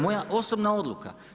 Moja osobna odluka.